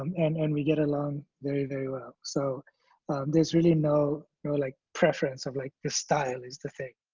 um and and we get along very, very well. so there's really no no like preference of like the style is the thing.